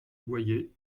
boyer